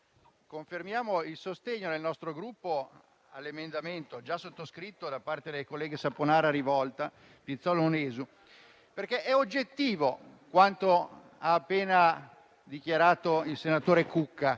confermiamo il sostegno del nostro Gruppo all'emendamento 4.0.1 (testo 2), già sottoscritto da parte dei colleghi Saponara, Rivolta, Pizzol e Lunesu. È oggettivo quanto ha appena dichiarato il senatore Cucca: